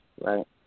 right